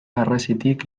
harresitik